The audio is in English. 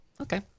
Okay